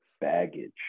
baggage